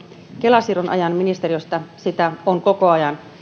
kela siirron ajan ministeriöstä sitä on koko ajan